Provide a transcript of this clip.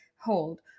hold